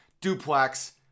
duplex